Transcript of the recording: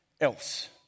else